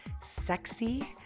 sexy